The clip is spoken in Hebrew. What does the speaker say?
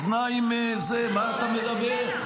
מה אתה מדבר?